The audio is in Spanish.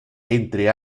entre